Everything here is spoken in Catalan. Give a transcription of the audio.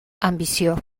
ambició